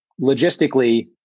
logistically